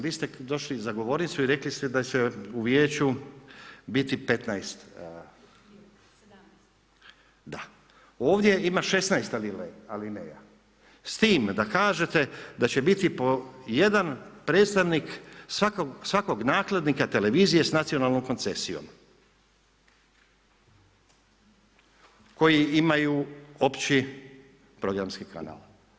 Vi ste došli za govornicu i rekli ste da će u vijeću biti 15, ovdje ima 16 alineja, s tim da kažete da će biti po jedan predstavnik svakog nakladnika televizije s nacionalnom koncesijom koji imaju opći programski kanal.